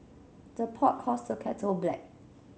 the pot calls the kettle black